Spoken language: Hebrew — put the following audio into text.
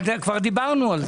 אבל כבר דיברנו על זה.